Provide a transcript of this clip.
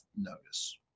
notice